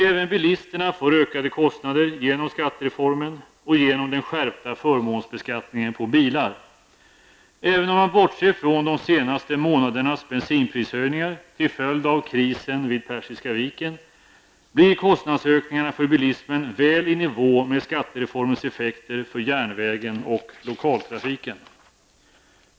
Även bilisterna får ökade kostnader genom skattereformen och genom den skärpta förmånsbeskattningen på bilar. Även om man bortser från de senaste månadernas bensinprishöjningar till följd av krisen vid Persiska viken, blir kostnadsökningarna för bilismen väl i nivå med skattereformens effekter för järnvägen och lokaltrafiken.